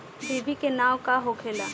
डिभी के नाव का होखेला?